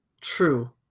true